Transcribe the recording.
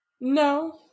No